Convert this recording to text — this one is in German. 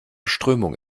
strömung